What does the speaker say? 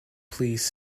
please